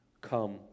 come